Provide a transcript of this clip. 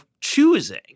choosing